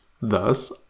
Thus